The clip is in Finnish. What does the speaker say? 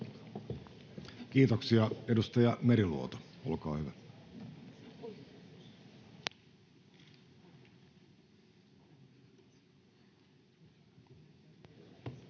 Kiitoksia. — Edustaja Meriluoto, olkaa hyvä.